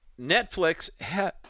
Netflix